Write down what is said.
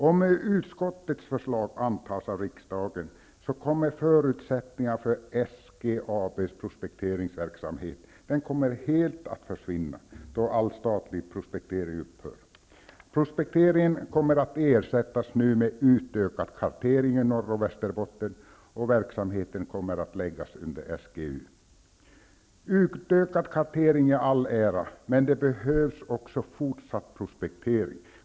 Om utskottets förslag antas av riksdagen kommer förutsättningarna för SGAB:s prospekteringsverksamhet helt att försvinna, då all statlig prospektering upphör. Prospekteringen kommer att ersättas av en utökad kartering i Norr och Västerbotten, och verksamheten kommer att läggas under SGU. Utökad kartering i all ära! Men det behövs också fortsatt prospektering.